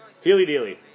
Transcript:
Healy-dealy